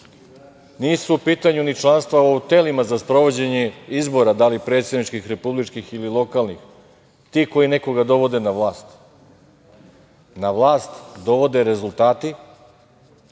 nisu u pitanju ni članstva u telima za sprovođenje izbora, da li predsedničkih, republičkih ili lokalnih, ti koji nekoga dovode na vlast, na vlast dovode rezultati